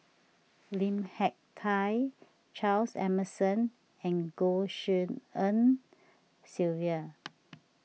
Lim Hak Tai Charles Emmerson and Goh Tshin En Sylvia